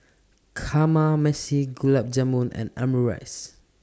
Kamameshi Gulab Jamun and Omurice